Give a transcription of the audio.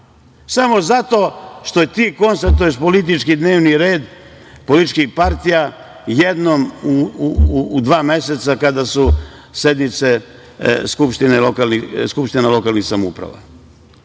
samo zato što je ti konstatuješ politički dnevni red, političkih partija, jednom u dva meseca, kada su sednice skupština lokalnih samouprava. Komunalna